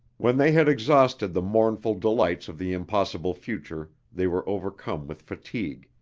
when they had exhausted the mournful delights of the impossible future they were overcome with fatigue,